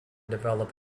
developed